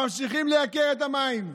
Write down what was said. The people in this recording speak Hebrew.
ממשיכים לייקר את המים.